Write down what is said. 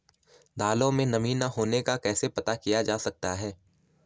दालों में नमी न होने का कैसे पता किया जा सकता है?